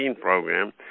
program